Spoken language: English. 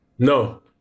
No